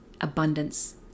abundance